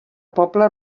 poble